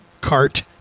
cart